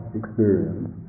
experience